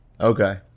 okay